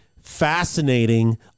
fascinating